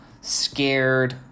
scared